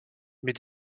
mais